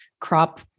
Crop